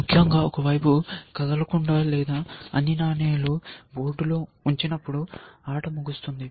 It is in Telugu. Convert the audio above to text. ముఖ్యంగా ఒక వైపు కదలకుండా లేదా అన్ని నాణేలు బోర్డులో ఉంచినప్పుడు ఆట ముగుస్తుంది